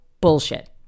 bullshit